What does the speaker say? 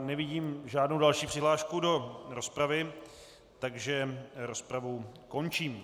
Nevidím žádnou další přihlášku do rozpravy, takže rozpravu končím.